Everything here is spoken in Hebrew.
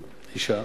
אשה,